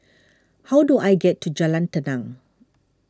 how do I get to Jalan Tenang